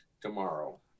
tomorrow